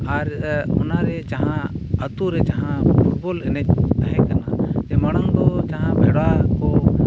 ᱟᱨ ᱚᱱᱟᱨᱮ ᱡᱟᱦᱟᱸ ᱟᱛᱩᱨᱮ ᱡᱟᱦᱟᱸ ᱯᱷᱩᱴᱵᱚᱞ ᱮᱱᱮᱡ ᱛᱟᱦᱮᱸ ᱠᱟᱱᱟ ᱢᱟᱲᱟᱝ ᱫᱚ ᱡᱟᱦᱟᱸ ᱵᱷᱮᱲᱟ ᱠᱚ